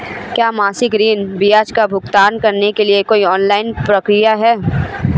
क्या मासिक ऋण ब्याज का भुगतान करने के लिए कोई ऑनलाइन प्रक्रिया है?